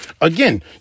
Again